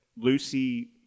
Lucy